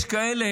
ויש כאלה